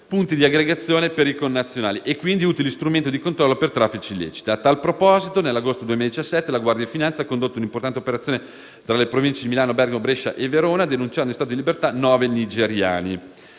punti di aggregazione per i connazionali e, quindi, utili strumenti di controllo per i traffici illeciti. A tal proposito, nell'agosto 2017, la Guardia di finanza ha condotto un'importante operazione tra le province di Milano, Bergamo, Brescia e Verona, denunciando, in stato di libertà, 9 nigeriani.